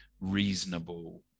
reasonable